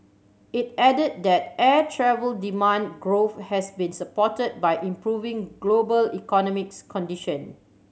it added that air travel demand growth has be supported by improving global economics condition